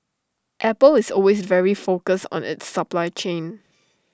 Apple is always very focused on its supply chain